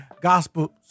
Gospel